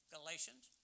Galatians